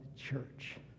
church